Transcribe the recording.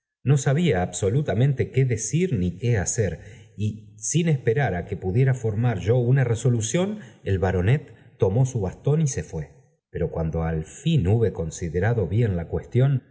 no sabía absolutamente qué decir ni qué hacer y sin esperar á que pudiera formar yo una resolución el baronet tomó su bastón y se fue pero cuando al fin hube considerado bien la cuestión